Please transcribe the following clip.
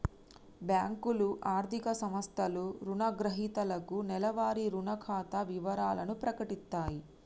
బ్యేంకులు, ఆర్థిక సంస్థలు రుణగ్రహీతలకు నెలవారీ రుణ ఖాతా వివరాలను ప్రకటిత్తయి